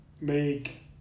make